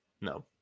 No